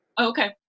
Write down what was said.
Okay